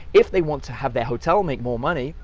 if they want to have their hotel make more money,